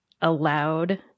allowed